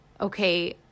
okay